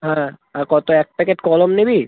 হ্যাঁ আর কত এক প্যাকেট কলম নিবি